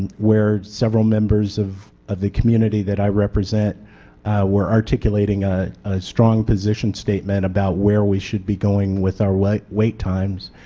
where several members of of the community that i represent work articulating a strong position statement about where we should be going with our wait wait times.